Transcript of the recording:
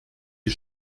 die